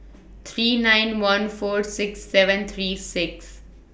three nine one four six seven three six